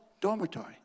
dormitory